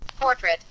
Portrait